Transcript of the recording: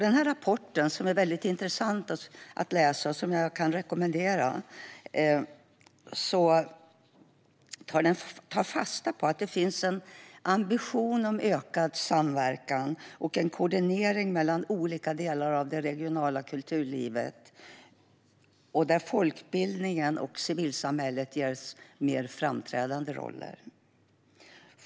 Den här rapporten, som är väldigt intressant och som jag kan rekommendera, tar fasta på att det finns en ambition om ökad samverkan och koordinering mellan olika delar av det regionala kulturlivet och där folkbildningen och civilsamhället ges mer framträdande roller.